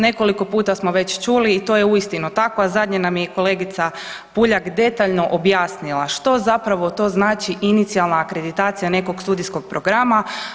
Nekoliko puta smo već čuli, i to je uistinu tako, a zadnje nam je i kolegica Puljak detaljno objasnila što zapravo to znači inicijalna akreditacija nekog studijskog programa.